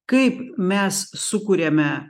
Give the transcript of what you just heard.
kaip mes sukuriame